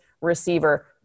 receiver